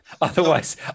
Otherwise